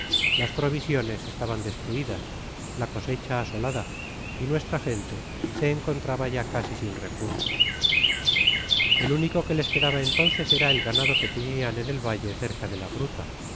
las provisiones estaban destruidas la cosecha asolada y nuestra gente se encontraba ya casi sin recursos el único que les quedaba entonces era el ganado que tenian en el valle cerca de la gruta